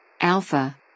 Alpha